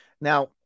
Now